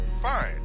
fine